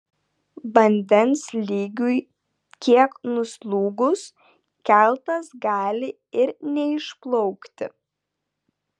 vandens lygiui kiek nuslūgus keltas gali ir neišplaukti